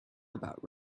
about